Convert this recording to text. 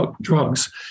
drugs